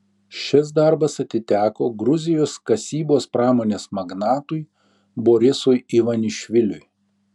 šis darbas atiteko gruzijos kasybos pramonės magnatui borisui ivanišviliui